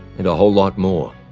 and a whole lot more,